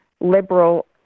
liberal